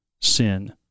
sin